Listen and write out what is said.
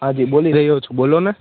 હાજી બોલી રહ્યો છું બોલો ને